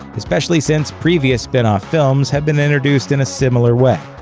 especially since previous spin-off films have been introduced in a similar way.